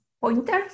pointers